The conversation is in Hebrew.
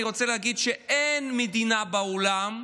אני רוצה להגיד שאין מדינה בעולם,